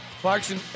Clarkson